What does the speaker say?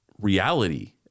reality